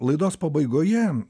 laidos pabaigoje